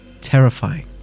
terrifying